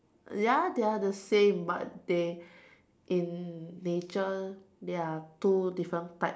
ya they are the same but they in nature they're two different types